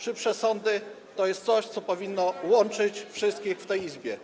Szybsze sądy to jest coś, co powinno łączyć wszystkich w tej Izbie.